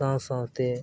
ᱥᱟᱶ ᱥᱟᱶᱛᱮ